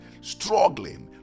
struggling